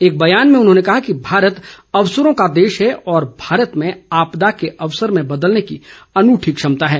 एक बयान में उन्होंने कहा कि भारत अवसरों का देश है और भारत में आपदा को अवसर में बदलने की अनूठी क्षमता है